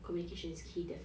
communication is key definitely